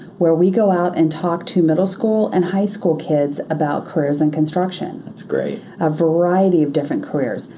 where we go out and talk to middle school and high school kids about careers in construction that's great. a variety of different careers.